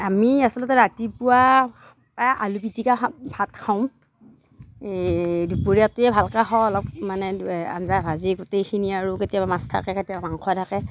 আমি আচলতে ৰাতিপুৱা প্ৰায় আলু পিটিকা খা ভাত খাওঁ এই দুপৰীয়াটোৱেই ভালকৈ খাওঁ অলপ মানে আঞ্জা ভাজি গোটেইখিনি আৰু কেতিয়াবা মাছ থাকে কেতিয়াবা মাংস থাকে